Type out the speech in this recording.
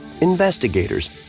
Investigators